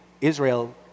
Israel